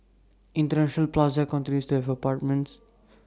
International plaza continues to have apartments